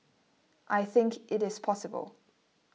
I think it is possible